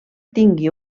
tingui